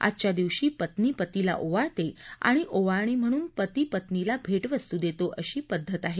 आजच्या दिवशी पत्नी पतीला ओवाळते आणि ओवाळणी म्हणून पती पत्नीला भेटवस्तू देतो अशी पद्धत आहे